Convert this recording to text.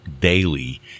daily